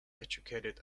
educated